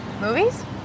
Movies